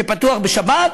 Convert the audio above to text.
שפתוח בשבת?